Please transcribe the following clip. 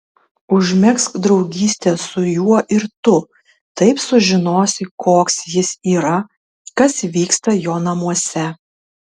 užmegzk draugystę su juo ir tu taip sužinosi koks jis yra kas vyksta jo namuose